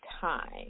time